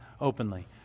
openly